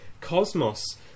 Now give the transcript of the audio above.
cosmos